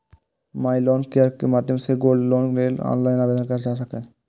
माइ loan care के माध्यम सं गोल्ड लोन के लेल ऑनलाइन आवेदन कैल जा सकै छै